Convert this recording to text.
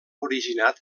originat